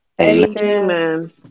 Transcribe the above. amen